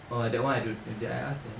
oh that one I don't did I ask them